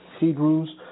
Hebrews